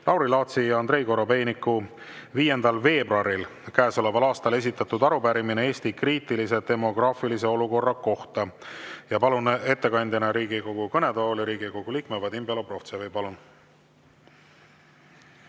Lauri Laatsi ja Andrei Korobeiniku 5. veebruaril käesoleval aastal esitatud arupärimine Eesti kriitilise demograafilise olukorra kohta. Palun ettekandeks Riigikogu kõnetooli Riigikogu liikme Vadim Belobrovtsevi. Palun!